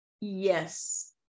Yes